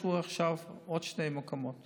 אישרו עכשיו עוד שני מקומות